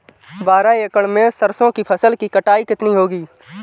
बारह एकड़ में सरसों की फसल की कटाई कितनी होगी?